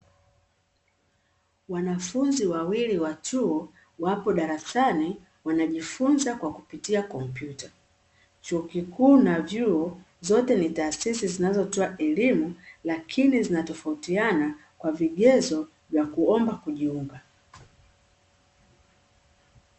Wanafunzi wawili wa chuo wapo darasani wanajifunza kwa kupitia kompyuta, chuo kikuu na vyuo zote ni taasisi zinazotoa elimu lakini zinatofautiana kwa vigezo vya kuomba kujiunga.